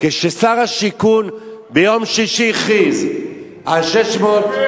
כששר השיכון ביום שישי הכריז על 600,